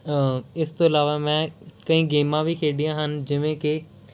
ਇਸ ਤੋਂ ਇਲਾਵਾ ਮੈਂ ਕਈ ਗੇਮਾਂ ਵੀ ਖੇਡੀਆਂ ਹਨ ਜਿਵੇਂ ਕਿ